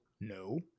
No